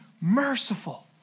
merciful